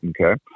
Okay